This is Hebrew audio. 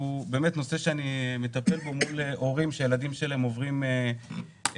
הוא נושא שאני מטפל בו מול הורים שהילדים שלהם עוברים התעללויות,